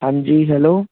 ਹਾਂਜੀ ਹੈਲੋ